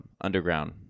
underground